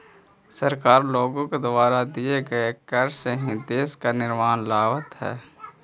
सरकार लोगों द्वारा दिए गए कर से ही देश में निर्माण लावअ हई